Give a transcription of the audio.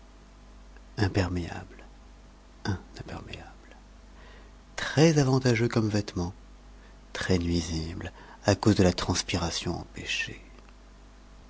imperméable un très avantageux comme vêtement très nuisible à cause de la transpiration empêchée